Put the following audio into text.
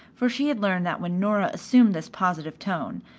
for she had learned that when nora assumed this positive tone,